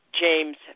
James